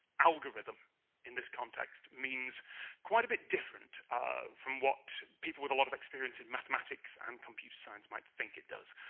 algorithm in this context means quite a bit different um from what people with a lot of experience in mathematics and computer science might think it does.